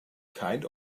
kind